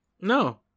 no